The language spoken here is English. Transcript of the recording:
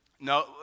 No